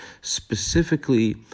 Specifically